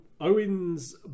Owen's